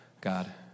God